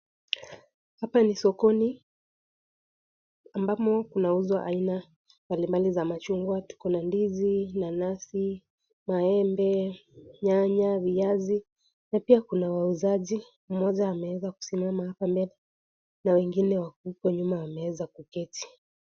Hapa ni sokoni ambamo kunauzwa aina mbalimbali za machungwa tukona ndizi , nanasi, nyanya, viazi na pia kuna wauzaji, mmoja ameeza kusimama hapa mbele na wengine wako huko nyuma wameeza kuketi.